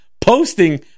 posting